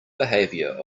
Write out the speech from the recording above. behavior